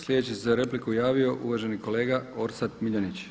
Sljedeći se za repliku javio uvaženi kolega Orsat Miljenić.